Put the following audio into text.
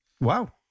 Wow